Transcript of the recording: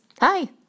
Hi